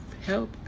help